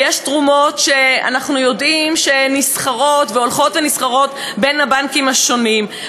ויש תרומות שאנחנו יודעים שהולכות ונסחרות בין הבנקים השונים,